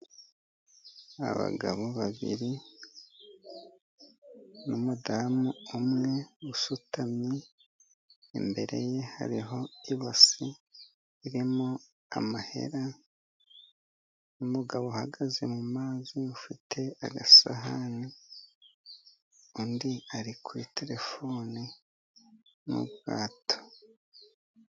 Abagabo babiri n'umudamu umwe usutamye, imbere ye hariho ibasi irimo amahera, n'umugabo uhagaze mu mazi ufite agasahani, undi ari kuri terefone mu bwato.